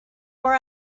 where